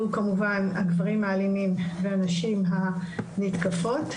שהוא כמובן הגברים האלימים והנשים מותקפות.